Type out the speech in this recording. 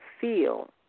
feel